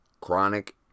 chronic